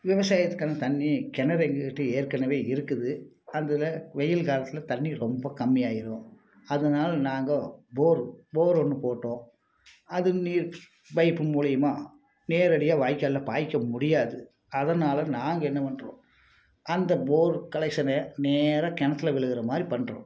விவசாயத்துக்கான தண்ணி கிணறு எங்ககிட்ட ஏற்கனவே இருக்குது அதில் வெயில் காலத்தில் தண்ணி ரொம்ப கம்மியாயிடும் அதனால நாங்கள் போர் போர் ஒன்று போட்டோம் அது நீர் பைப்பு மூலயமா நேரடியாக வாய்க்காலில் பாய்ச்ச முடியாது அதனால் நாங்கள் என்ன பண்ணுறோம் அந்த போர் கனெக்சனே நேராக கிணத்தில் விழுகுறமாரி பண்ணுறோம்